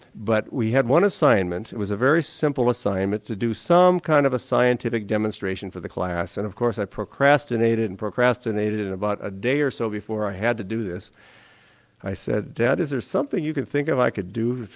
but we had one assignment, it was a very simple assignment to do some kind of a scientific demonstration for the class and of course i procrastinated and procrastinated and about a day or so before i had to do this i said, dad, is there something you can think of that i can do to